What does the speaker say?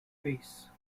base